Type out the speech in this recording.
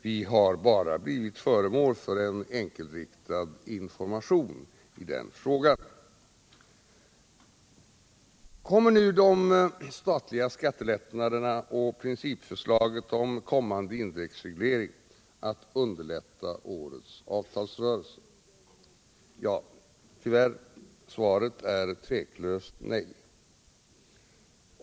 Vi har bara blivit föremål för en enkelriktad information i frågan. Kommer nu de statliga skattelättnaderna och principförslaget om kommande indexreglering att underlätta årets avtalsrörelse? Svaret är tyvärr tveklöst nej!